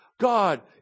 God